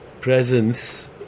presence